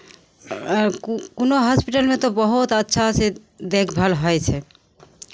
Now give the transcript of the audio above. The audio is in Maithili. को कोनो हॉस्पिटलमे तऽ बहुत अच्छा छै तऽ देखभाल होइ छै